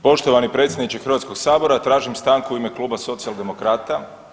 Poštovani predsjedniče Hrvatskog sabora, tražim stanku u ime Kluba socijaldemokrata.